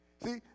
See